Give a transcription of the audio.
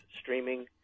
streaming